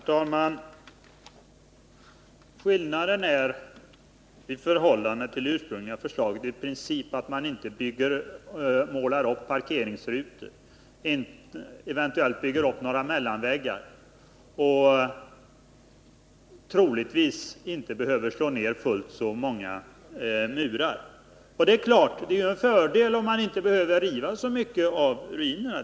Herr talman! Skillnaden i förhållande till det ursprungliga förslaget är i princip att man inte målar upp parkeringsrutor, att man eventuellt bygger upp några mellanväggar och att man troligtvis inte behöver riva fullt så många murar. Självfallet är det en fördel att man inte behöver riva så mycket av ruinerna.